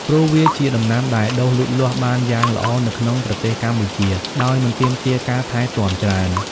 ព្រោះវាជាដំណាំដែលដុះលូតលាស់បានយ៉ាងល្អនៅក្នុងប្រទេសកម្ពុជាដោយមិនទាមទារការថែទាំច្រើន។